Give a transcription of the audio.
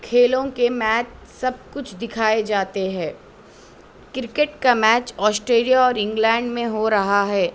کھیلوں کے میچ سب کچھ دکھائے جاتے ہے کرکٹ کا میچ آسٹریلیا اور انگلینڈ میں ہو رہا ہے